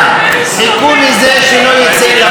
חיכו לזה שזה לא יצא לפועל.